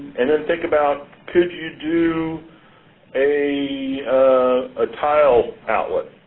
and then think about, could you do a ah tile outlet?